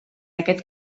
aquest